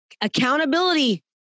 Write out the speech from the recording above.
accountability